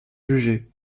jugé